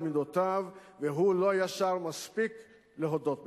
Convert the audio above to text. מידותיו והוא לא ישר מספיק להודות בכך.